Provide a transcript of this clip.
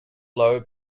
low